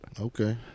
Okay